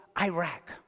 Iraq